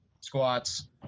squats